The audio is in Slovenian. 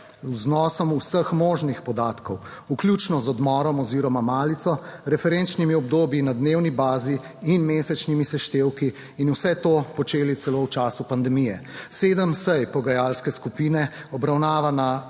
vnosom vseh možnih podatkov. Vključno z odmorom oziroma malico, referenčnimi obdobji na dnevni bazi in mesečnimi seštevki 66. TRAK: (VP) 14.35 (nadaljevanje) in vse to počeli celo v času pandemije. Sedem sej pogajalske skupine, obravnava na